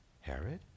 Herod